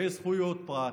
ויש זכויות פרט,